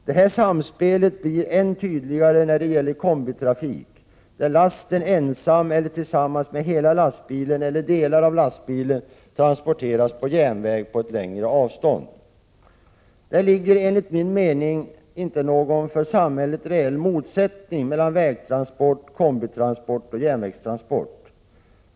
Detta samspel blir än tydligare när det gäller kombitrafik, där lasten ensam eller tillsammans med hela lastbilen eller delar av lastbilen transporteras på järnväg på ett längre avstånd. Det föreligger enligt min mening inte någon för samhället reell motsättning mellan vägtransport, kombitransport och järnvägstransport.